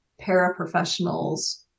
paraprofessionals